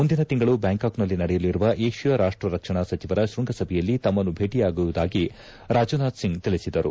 ಮುಂದಿನ ತಿಂಗಳು ಬ್ಯಾಂಕಾಕ್ನಲ್ಲಿ ನಡೆಯಲಿರುವ ಏಷ್ಯಾ ರಾಷ್ಷ ರಕ್ಷಣಾ ಸಚಿವರ ಶೃಂಗ ಸಭೆಯಲ್ಲಿ ತಮ್ಮನ್ನು ಭೇಟಿಯಾಗುವುದಾಗಿ ರಾಜ್ನಾಥ್ ಸಿಂಗ್ ತಿಳಿಸಿದರು